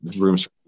rooms